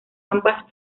ambas